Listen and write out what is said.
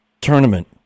tournament